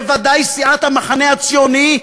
בוודאי סיעת המחנה הציוני,